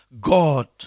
God